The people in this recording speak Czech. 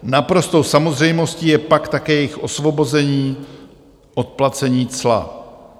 Naprostou samozřejmostí je pak také jejich osvobození od placení cla.